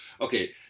Okay